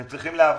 אתם צריכים להבין.